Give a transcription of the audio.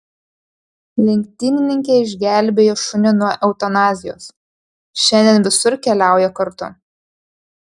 lenktynininkė išgelbėjo šunį nuo eutanazijos šiandien visur keliauja kartu